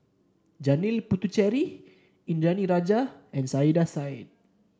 Janil Puthucheary Indranee Rajah and Saiedah Said